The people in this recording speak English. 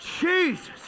Jesus